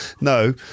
No